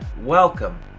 welcome